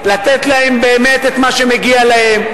לתת להם באמת את מה שמגיע להם,